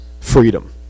freedom